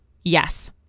Yes